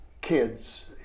kids